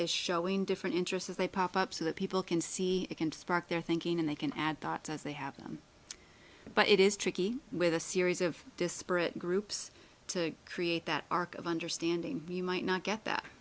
is showing different interest as they pop up so that people can see it can spark their thinking and they can add thoughts as they happen but it is tricky with a series of disparate groups to create that arc of understanding you might not get